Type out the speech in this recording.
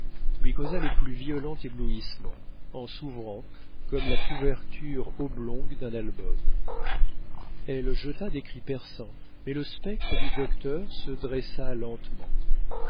lui causa le plus violent éblouissement en s'ouvrant comme la couverture oblongue d'un album elle jeta des cris perçants mais le spectre du docteur se dressa lentement